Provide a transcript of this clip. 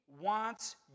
wants